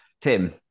Tim